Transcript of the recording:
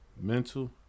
Mental